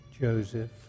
Joseph